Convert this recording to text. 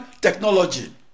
technology